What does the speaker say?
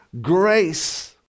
grace